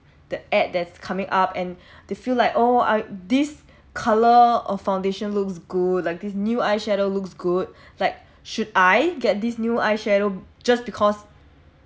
the ad that's coming up and they feel like oh I this colour of foundation looks good like this new eye shadow looks good like should I get this new eye shadow just because